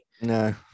no